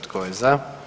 Tko je za?